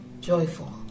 joyful